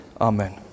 Amen